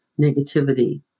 negativity